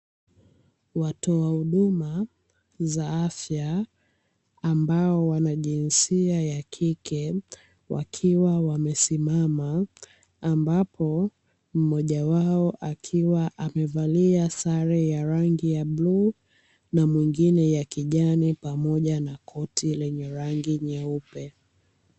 Watoa huduma za afya ambao wanajinsia ya kike wakiwa wamesimama, ambapo mmoja wao akiwa amevalia sare ya rangi ya bluu na mwingine ya kijani pamoja na koti lenye rangi nyeupe.